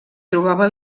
trobava